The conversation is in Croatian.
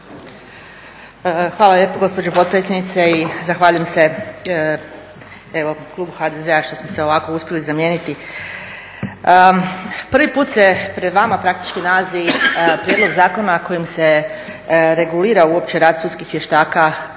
lijepo gospođo potpredsjednice. I zahvaljujem se klubu HDZ-a što smo se ovako uspjeli zamijeniti. Prvi put se pred vama praktički nalazi Prijedlog zakona kojim se regulira rad sudskih vještaka,